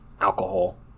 alcohol